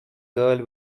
girl